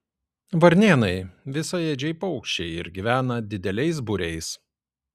varnėnai visaėdžiai paukščiai ir gyvena dideliais būriais